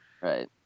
Right